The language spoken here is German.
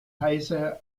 heise